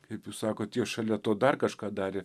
kaip jūs sakot jie šalia to dar kažką darė